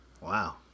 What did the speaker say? Wow